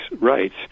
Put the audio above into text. rights